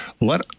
let